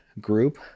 group